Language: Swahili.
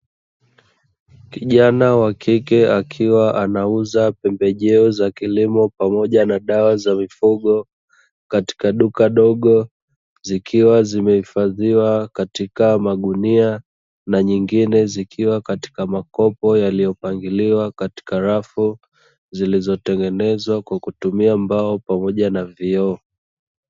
Kijana wa kike akiwa anaauza pembejeo za kilimo pamoja na dawa za mifugo, katika duka dogo zikiwa zimehifadhiwa katika magunia na nyingine zikiwa katika makopo, yaliyopangilialiwa katika rafu zilizotengenezwa kwa kutumia mbao pamoja na vioo.